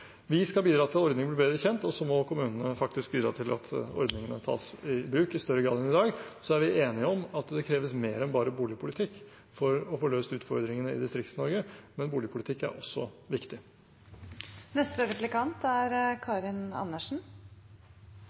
Vi skal bidra til at ordningen blir bedre kjent, og kommunene må faktisk bidra til at ordningene tas i bruk i større grad enn i dag. Så er vi enige om at det kreves mer enn bare boligpolitikk for å få løst utfordringene i Distrikts-Norge, men boligpolitikk er også viktig. Alle er